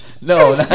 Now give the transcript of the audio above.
No